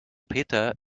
peter